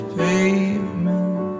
pavement